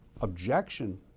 objection